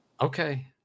Okay